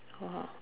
!whoa!